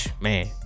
man